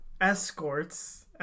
escorts